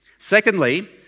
Secondly